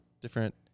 different